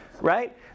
right